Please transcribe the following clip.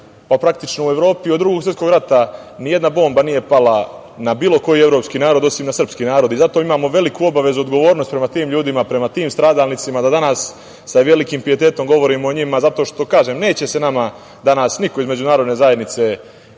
praktično, u Evropi od Drugog svetskog rata nijedna bomba nije pala na bilo koji evropski narod, osim na srpski narod. Zato imamo veliku obavezu i odgovornost prema tim ljudima, prema tim stradalnicima, da danas sa velikim pijetetom govorimo o njima. Zato što neće nama danas niko iz međunarodne zajednice